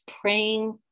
praying